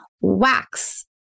wax